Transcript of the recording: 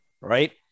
right